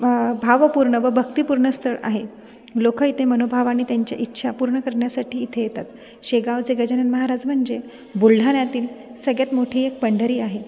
भावपूर्ण व भक्तिपूर्ण स्थळ आहे लोक इथे मनोभावाने त्यांच्या इच्छा पूर्ण करण्यासाठी इथे येतात शेगावचे गजानन महाराज म्हणजे बुलढाण्यातील सगळ्यात मोठी एक पंढरी आहे